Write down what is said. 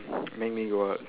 make me go out